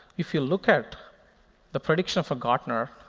if you look at the prediction for gartner,